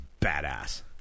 badass